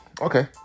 okay